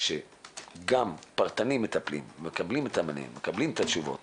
שגם פרטני מטפלים, מקבלים את התשובות